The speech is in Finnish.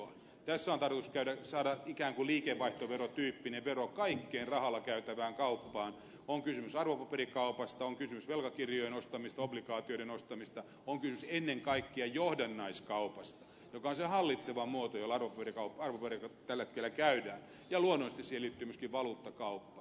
tässä on tarkoitus saada ikään kuin liikevaihtoverotyyppinen vero kaikkeen rahalla käytävään kauppaan on kysymys arvopaperikaupasta on kysymys velkakirjojen ostamisesta obligaatioiden ostamisesta on kysymys ennen kaikkea johdannaiskaupasta joka on sellainen hallitseva muoto jolla arvopaperikauppaa tällä hetkellä käydään ja luonnollisesti siihen liittyy myöskin valuuttakauppa